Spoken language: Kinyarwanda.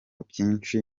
byinshi